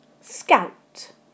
scout